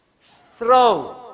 Throw